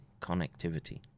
connectivity